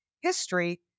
history